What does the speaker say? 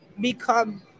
become